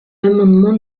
l’amendement